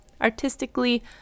artistically